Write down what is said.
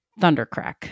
thundercrack